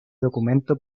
documento